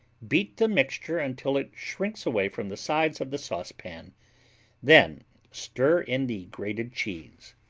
beat the mixture until it shrinks away from the sides of the saucepan then stir in the grated cheese.